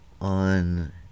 on